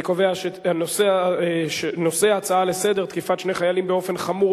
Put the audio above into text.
אני קובע שנושא ההצעות לסדר-היום: תקיפה חמורה של שני חיילים בחיפה,